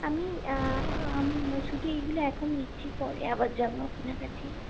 আমি শুধু এইগুলো এখন নিচ্ছি পরে আবার যাবো আপনার কাছেই